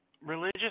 religious